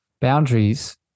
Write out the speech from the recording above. boundaries